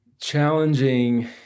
Challenging